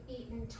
eaten